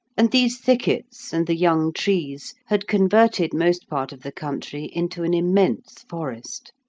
and these thickets and the young trees had converted most part of the country into an immense forest.